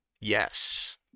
Yes